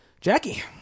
Jackie